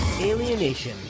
Alienation